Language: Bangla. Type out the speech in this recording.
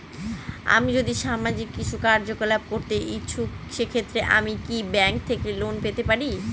আমি যদি সামাজিক কিছু কার্যকলাপ করতে ইচ্ছুক সেক্ষেত্রে আমি কি ব্যাংক থেকে লোন পেতে পারি?